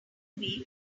week